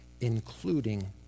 including